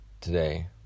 today